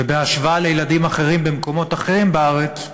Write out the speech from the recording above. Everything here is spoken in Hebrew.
ובהשוואה לילדים אחרים במקומות אחרים בארץ,